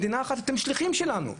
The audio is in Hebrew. מדינה אחת, אתם שליחים שלנו.